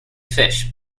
fish